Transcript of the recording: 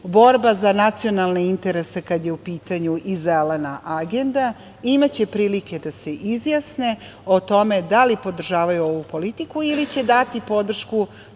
borba za nacionalne interese kada je u pitanju i Zelena agenda. Imaće prilike da se izjasne o tome da li podržavaju ovu politiku ili će dati podršku